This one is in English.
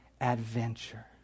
adventure